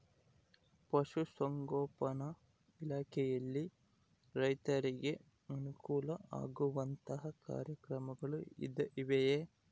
ಪಶುಸಂಗೋಪನಾ ಇಲಾಖೆಯಲ್ಲಿ ರೈತರಿಗೆ ಅನುಕೂಲ ಆಗುವಂತಹ ಕಾರ್ಯಕ್ರಮಗಳು ಇವೆಯಾ?